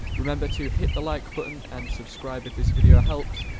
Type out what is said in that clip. remember to hit the like button and subscribe if this video helps,